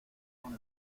con